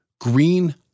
green